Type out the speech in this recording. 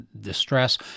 distress